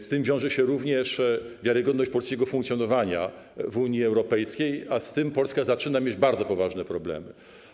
Z tym wiąże się również wiarygodność polskiego funkcjonowania w Unii Europejskiej, a z tym Polska zaczyna mieć bardzo poważne problemy.